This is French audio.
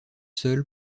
seule